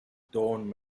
dawn